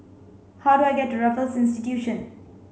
how do I get to Raffles Institution